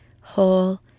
whole